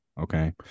Okay